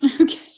Okay